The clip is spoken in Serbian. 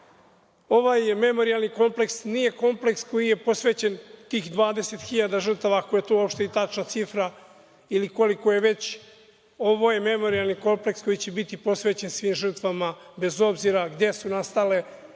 memorijalni kompleks nije kompleks koji je posvećen tim 20.000 žrtava, ako je to uopšte tačna cifra ili koliko je već, ovo je memorijalni kompleks koji će biti posvećen svim žrtvama bez obzira gde su nastale